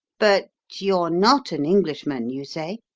but you're not an englishman, you say?